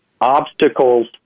obstacles